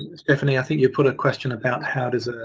stephanie, i think you put a question about how does ah